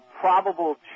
probable